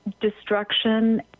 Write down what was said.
destruction